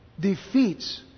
defeats